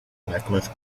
necklace